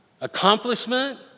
Accomplishment